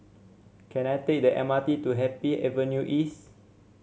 can I take the M R T to Happy Avenue East